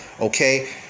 okay